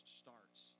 starts